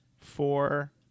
four